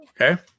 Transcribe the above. Okay